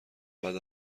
بعد